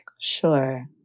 Sure